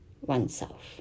oneself